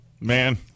Man